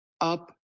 up